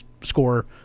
score